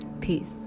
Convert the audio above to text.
Peace